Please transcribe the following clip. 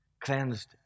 cleansed